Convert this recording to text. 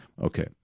Okay